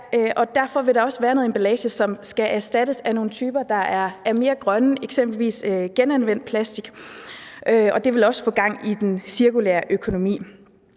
derfor vil der også være noget emballage, som skal erstattes af nogle typer, der er mere grønne, eksempelvis genanvendt plastik. Det vil også få gang i den cirkulære økonomi.